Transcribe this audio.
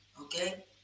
okay